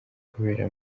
kubera